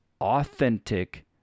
authentic